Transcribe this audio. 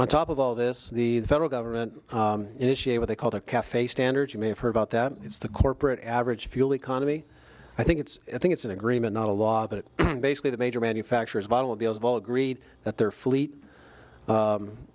on top of all this the federal government initiate what they call the cafe standards you may have heard about that it's the corporate average fuel economy i think it's i think it's an agreement not a law that basically the major manufacturers bottle deals of all agreed that their fleet